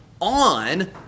on